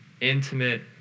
intimate